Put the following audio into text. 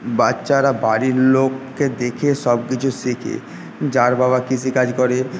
বাচ্চারা বাড়ির লোককে দেখে সবকিছু শেখে যার বাবা কৃষিকাজ করে